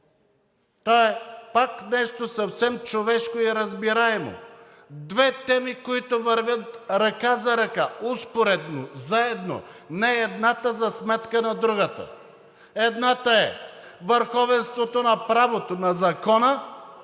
Това е пак нещо съвсем човешко и разбираемо. Две теми, които вървят ръка за ръка, успоредно, заедно, не едната за сметка на другата. Едната е върховенството на правото, на закона,